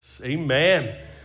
Amen